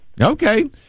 Okay